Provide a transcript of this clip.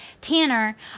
Tanner